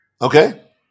Okay